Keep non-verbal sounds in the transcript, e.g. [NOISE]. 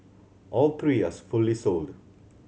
all three [UNINTELLIGIBLE] fully sold